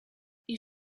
you